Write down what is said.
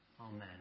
Amen